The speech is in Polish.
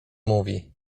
mówi